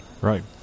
right